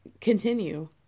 continue